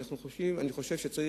אני חושב שאת הדוח